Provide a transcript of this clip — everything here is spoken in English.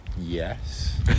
Yes